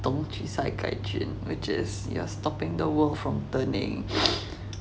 dong ju sai kai jun which is you're stopping the world from turning